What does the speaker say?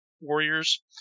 Warriors